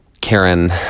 Karen